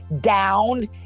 down